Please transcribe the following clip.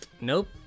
Nope